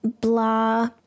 blah